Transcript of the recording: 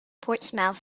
portsmouth